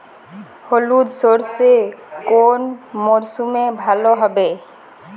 হলুদ সর্ষে কোন মরশুমে ভালো হবে?